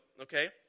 okay